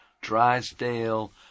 Drysdale